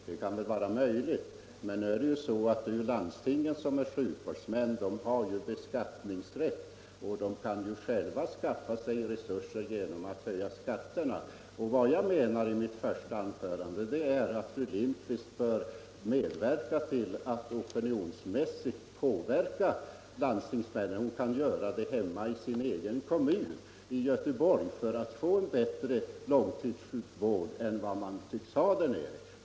Det är möjligt, men det är ju landstingen som är sjukvårdshuvudmän. De har beskattningsrätt och kan själva skaffa sig resurser genom att höja skatterna. Vad jag menade i mitt första anförande var att fru Lindquist bör medverka till att opinionsmässigt påverka landstingsmännen. Hon kan göra det hemma i sin egen kommun, Göteborg, för att få en bättre långtidssjukvård än vad man tycks ha där nere.